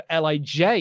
lij